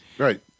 Right